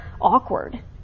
awkward